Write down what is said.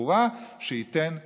תחבורה ודברים אחרים, שייתנו מים.